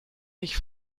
ich